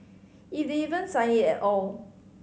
if they even sign it at all